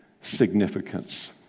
significance